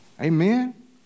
amen